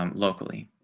um locally,